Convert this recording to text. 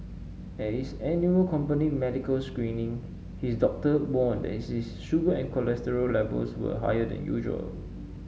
at his annual company medical screening his doctor warned that his sugar and cholesterol levels were higher than usual